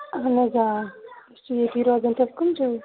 اَہَن حظ آ أسۍ چھِ ییٚتی روزان تُہۍ کٕم چھِو